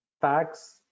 tax